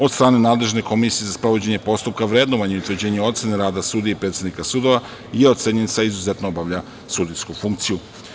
Od strane nadležne komisije za sprovođenje postupka, vrednovanje i utvrđivanje ocene rada sudija i predsednika sudova je ocenjen sa „izuzetno obavlja sudijsku funkciju“